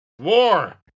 War